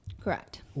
Correct